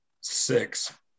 Six